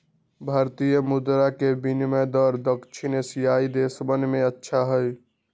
भारतीय मुद्र के विनियम दर दक्षिण एशियाई देशवन में अच्छा हई